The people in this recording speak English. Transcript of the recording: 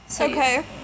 okay